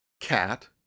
Cat